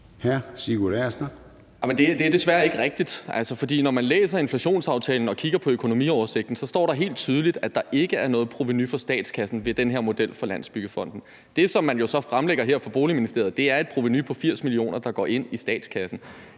Det er desværre ikke rigtigt, for når man læser inflationsaftalen og kigger på økonomioversigten, står der helt tydeligt, at der ikke er noget provenu for statskassen ved den her model fra Landsbyggefonden. Det, som man jo så fremlægger her fra Boligministeriet, er et provenu på 80 mio. kr., der går ind i statskassen.